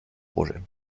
projet